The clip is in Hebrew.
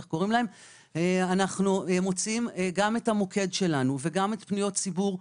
אנחנו מוציאים גם את המוקד שלנו וגם את פניות הציבור.